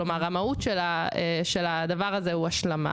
כלומר: המהות של הדבר הזה היא השלמה.